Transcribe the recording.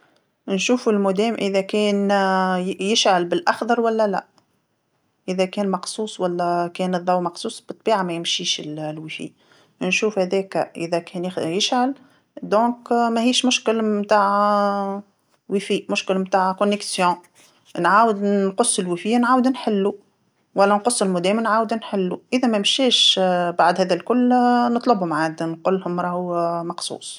نشوفو المودام إذا كان ي- يشعل بالأخضر ولا لأ، إذا كان مقصوص ولا كان الضو مقصوص بالطبيعه ما يمشيش ال- الويفي، نشوف هذاكا إذا كان يخ- يشعل إذن ماهيش مشكل متاع وي في، مشكل متاع إرتباط، نعاود ن- نقص الوي في نعاود نحلو، ولا نقص المودام ونعاود نحلو، إذا ما ممشاش بعد هذا الكل نطلبهم عاد نقولهم راهو مقصوص.